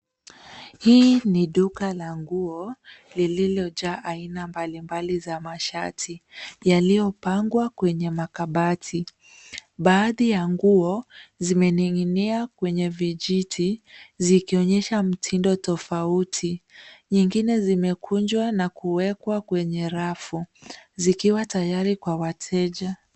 Hii ni duka la nguo lililojaa aina mbalimbali za mashati yaliyopangwa kwenye makabati. Baadhi ya nguo zimening'inia kwenye vijiti zikionyesha mtindo tofauti. Nyingine zimekunjwa na kuwekwa kwenye rafu zikiwa tayari kwa wateja.